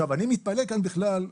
אני מתפלא כאן בכלל.